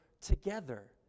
together